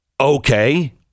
okay